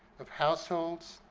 of households